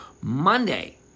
Monday